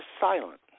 silent